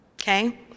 Okay